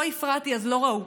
לא הפרעתי, אז לא ראו.